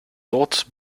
dort